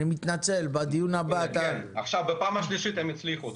בפעם השלישית הם הצליחו.